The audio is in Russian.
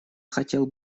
хотел